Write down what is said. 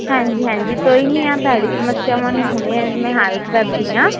ਹਾਂਜੀ ਹਾਂਜੀ ਕੋਈ ਨਹੀਂ ਆ ਤੁਹਾਡੀ ਸਮੱਸਿਆਵਾਂ ਨੂੰ ਹੁਣੇ ਮੈਂ ਹੈਲਪ ਕਰਦੀ ਆਂ